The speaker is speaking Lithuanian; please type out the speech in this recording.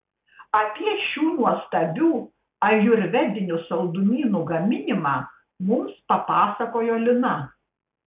apie šių nuostabių ajurvedinių saldumynų gaminimą mums papasakojo lina